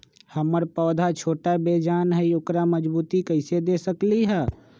हमर पौधा छोटा बेजान हई उकरा मजबूती कैसे दे सकली ह?